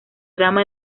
drama